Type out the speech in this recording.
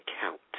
count